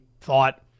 thought